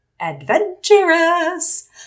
adventurous